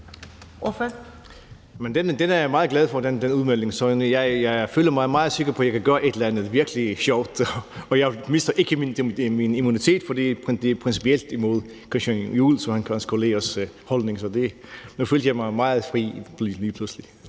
er jeg meget glad for. Jeg føler mig meget sikker på, at jeg kan gøre et eller andet virkelig sjovt, og jeg mister ikke min immunitet, for det er principielt imod Christian Juhl og hans kollegers holdning. Så nu følte jeg mig lige pludselig